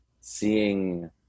seeing